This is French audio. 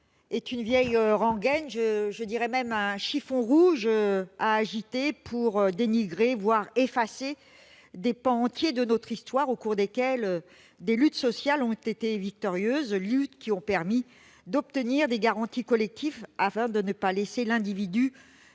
est une vieille rengaine, je dirais même un chiffon rouge agité pour dénigrer, voire effacer des pans entiers de notre histoire, au cours desquels des luttes sociales ont été victorieuses. Ces luttes ont permis d'obtenir des garanties collectives afin de ne pas laisser l'individu